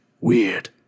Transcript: weird